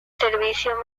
servicio